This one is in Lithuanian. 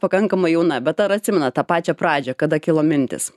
pakankamai jauna bet ar atsimenat tą pačią pradžią kada kilo mintys